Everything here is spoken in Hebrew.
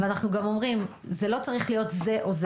אני לא יכול להיכנס לזה עכשיו,